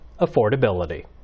affordability